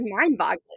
mind-boggling